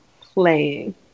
playing